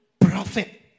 prophet